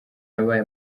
yabaye